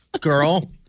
Girl